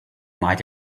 might